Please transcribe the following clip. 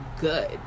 good